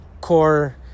Core